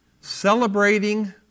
celebrating